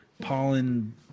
Pollen